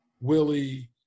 Willie